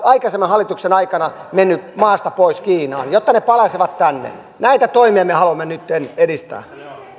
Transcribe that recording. aikaisemman hallituksen aikana menneet maasta pois kiinaan jotta ne palaisivat tänne näitä toimia me haluamme nyt edistää